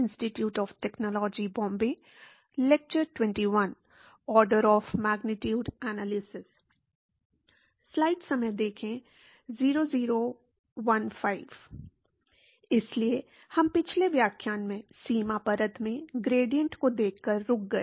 इसलिए हम पिछले व्याख्यान में सीमा परत में ग्रेडिएंट्स को देखकर रुक गए